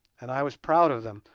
and i was proud of them,